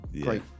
great